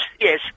Yes